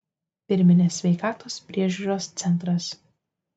pirminės sveikatos priežiūros centras